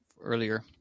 earlier